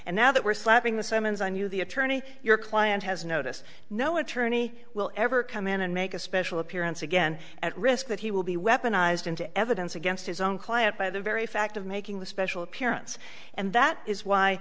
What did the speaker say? and now that we're slapping the summons on you the attorney your client has notice no attorney will ever come in and make a special appearance again at risk that he will be weaponized into evidence against his own client by the very fact of making the special appearance and that is why